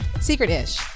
Secret-ish